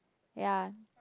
ya